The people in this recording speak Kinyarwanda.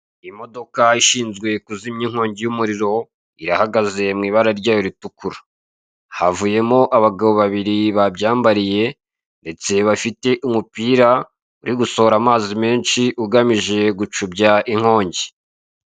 Imodoka ishinzwe kuzimya inkongi y'umuriro, irahagaze mw'ibara ryayo ritukura. Havuyemo abagabo babiri babyambariye ndetse bafite umupira uri gusohora amazi menshi, ugamije gucubya inkongi.